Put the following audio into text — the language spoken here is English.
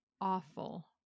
awful